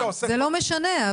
זה לא משנה.